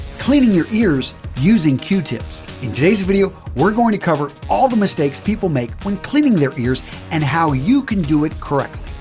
cleaning your ears using q-tips. in today's video, we're going to cover all the mistakes people make when cleaning their ears and how you can do it correctly.